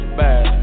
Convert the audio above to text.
bad